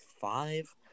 five